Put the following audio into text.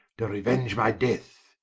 to reuenge my death,